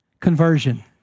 Conversion